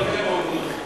כל שנה אומרים אותו הדבר.